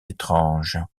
étrange